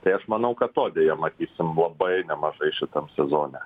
tai aš manau kad to deja matysim labai nemažai šitam sezone